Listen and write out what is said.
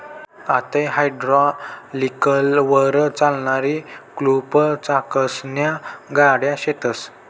आते हायड्रालिकलवर चालणारी स्कूप चाकसन्या गाड्या शेतस